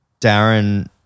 Darren